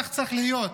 כך צריך להיות,